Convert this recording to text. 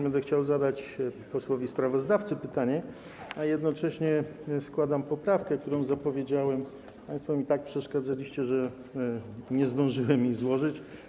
Będę chciał zadać posłowi sprawozdawcy pytanie, a jednocześnie składam poprawkę, którą zapowiedziałem, bo państwo mi tak przeszkadzaliście, że nie zdążyłem jej złożyć.